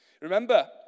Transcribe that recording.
Remember